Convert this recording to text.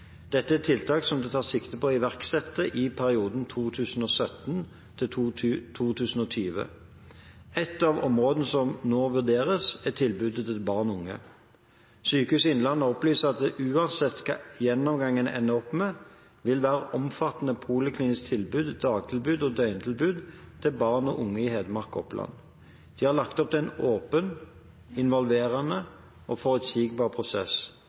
Dette er tiltak som det tas sikte på å iverksette i perioden 2017–2020. Et av områdene som nå vurderes, er tilbudet til barn og unge. Sykehuset Innlandet opplyser at det uansett hva gjennomgangen ender opp med, vil være et omfattende poliklinisk tilbud, dagtilbud og døgntilbud til barn og unge i Hedmark og Oppland. De har lagt opp til en åpen, involverende og forutsigbar prosess,